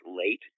late